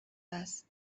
است